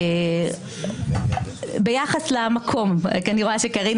ביחס למקומות